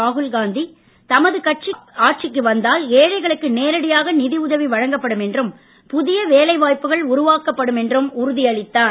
ராகுல் காந்தி தமது கட்சிக்கு வந்தால் ஏழைகளுக்கு நேரடியாக நிதிஉதவி வழங்கப்படும் என்றும் புதிய வேலை வாய்ப்புகள் உருவாக்கப்படும் என்றும் உறுதியளித்தார்